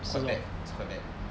是哦